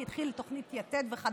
כי התחילה תוכנית יתד וכו',